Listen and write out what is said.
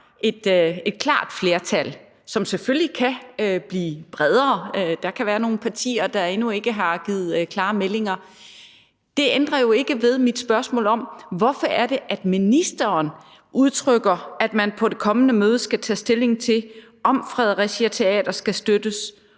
et klart flertal, som selvfølgelig kan blive bredere – der kan være nogle partier, der endnu ikke har givet klare meldinger – ændrer det jo ikke ved mit spørgsmål om, hvorfor det er, at ministeren udtrykker, at man på det kommende møde skal tage stilling til, om Fredericia Teater skal støttes,